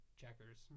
checkers